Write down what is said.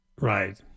Right